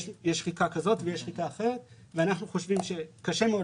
יש שחיקה כזאת ויש שחיקה אחרת ואנחנו חושבים שקשה מאוד